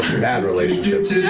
bad relationships.